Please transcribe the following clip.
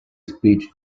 speech